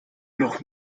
noch